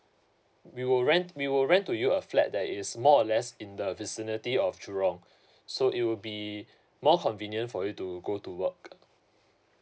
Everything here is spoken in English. we will rent we will rent to you a flat that is more or less in the vicinity of jurong so it will be more convenient for you to go to work